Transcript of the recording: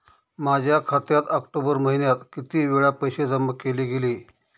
माझ्या खात्यात ऑक्टोबर महिन्यात किती वेळा पैसे जमा केले गेले?